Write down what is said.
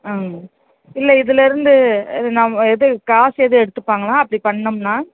ஆ இல்லை இதுலிருந்து நம்ம எதுவும் காசு எதுவும் எடுத்துப்பாங்களா அப்படி பண்ணிணோம்னா